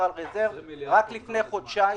20 מיליארד תוך כמה זמן?